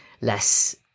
less